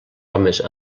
homes